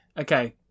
Okay